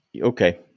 okay